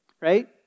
Right